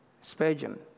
Spurgeon